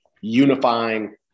unifying